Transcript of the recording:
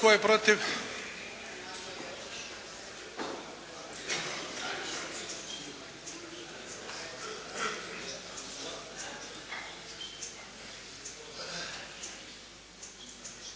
Tko je protiv?